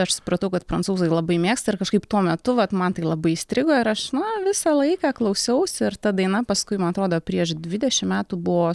aš supratau kad prancūzai labai mėgsta ir kažkaip tuo metu vat man tai labai įstrigo ir aš visą laiką klausiausi ir ta daina paskui man atrodo prieš dvidešim metų buvo